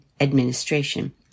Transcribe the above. administration